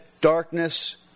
darkness